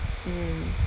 mm